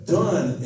done